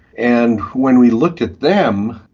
and when we looked at them,